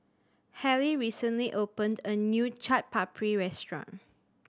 Hallie recently opened a new Chaat Papri Restaurant